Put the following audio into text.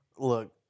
Look